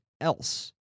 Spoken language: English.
else